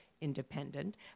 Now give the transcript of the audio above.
independent